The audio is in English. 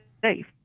safe